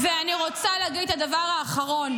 ואני רוצה להגיד את הדבר האחרון.